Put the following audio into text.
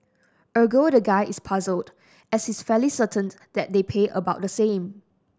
ergo the guy is puzzled as he's fairly certain that they pay about the same